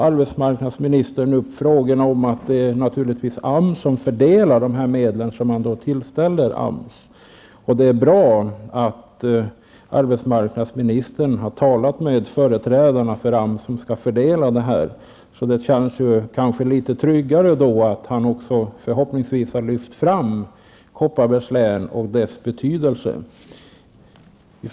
Arbetsmarknadsministern tog vidare upp att det naturligtvis är AMS som fördelar de medel som tillställs AMS. Det är bra att arbetsmarknadsministern har talat med företrädare för AMS, som skall fördela medlen. Det känns litet tryggare, och när det gäller behov av medel har han förhoppningsvis lyft fram Kopparbergs län och dess betydelse.